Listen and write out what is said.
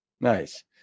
Nice